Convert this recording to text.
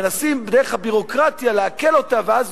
מנסים דרך הביורוקרטיה להקל אותה ואז